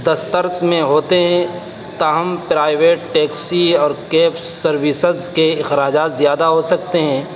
دسترس میں ہوتے ہیں تاہم پرائیویٹ ٹیکسی اور کیب سروسز کے اخراجات زیادہ ہوسکتے ہیں